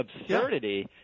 absurdity